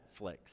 Netflix